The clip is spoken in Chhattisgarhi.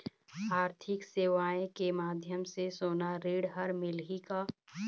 आरथिक सेवाएँ के माध्यम से सोना ऋण हर मिलही का?